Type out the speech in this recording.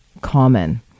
common